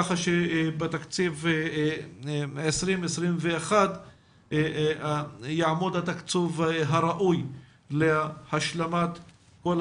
כך שבתקציב 2021 יעמוד התקצוב הראוי להשלמת כל